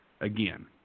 again